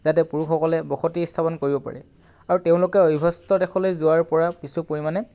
যাতে পুৰুষসকলে বসতি স্থাপন কৰে আৰু তেওঁলোকে অভ্যস্ত দেশলৈ যোৱাৰ পৰা কিছু পৰিমাণে